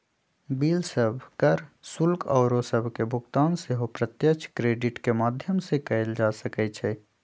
bill सभ, कर, शुल्क आउरो सभके भुगतान सेहो प्रत्यक्ष क्रेडिट के माध्यम से कएल जा सकइ छै